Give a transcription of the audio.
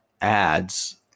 ads